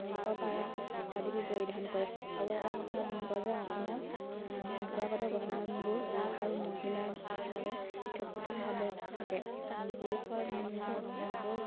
লোকপাৰা ইত্যাদিবোৰ পৰিধান কৰে আৰু এটা কথা যায় অসমত পৰম্পৰাগত গহনাবোৰ পুৰুষ আৰু মহিলাৰ বাবে পৃথক পৃথকভাৱে থাকে পুৰুষৰ আকৌ